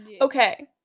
Okay